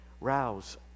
Rouse